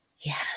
Yes